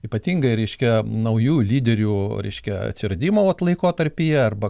ypatingai ryškia naujų lyderių reiškia atsiradimo vat laikotarpyje arba